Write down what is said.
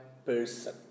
Person